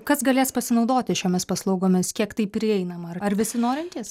kas galės pasinaudoti šiomis paslaugomis kiek tai prieinama ar visi norintys